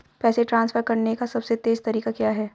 पैसे ट्रांसफर करने का सबसे तेज़ तरीका क्या है?